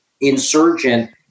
insurgent